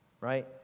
right